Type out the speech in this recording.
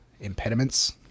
impediments